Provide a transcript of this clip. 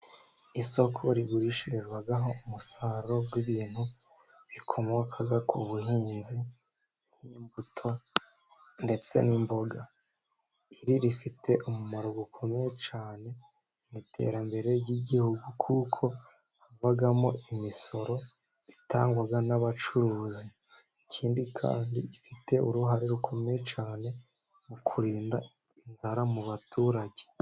Isoko rigurishirizwaho umusaruro w'ibintu bikomoka ku buhinzi nk'imbuto ndetse n'imboga, iri rifite umumaro ukomeye cyane mu iterambere ry'igihugu, kuko havamo imisoro itangwa n'abacuruzi, ikindi kandi ifite uruhare rukomeye cyane mu kurinda inzara mu baturage.